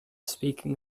speaking